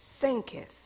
thinketh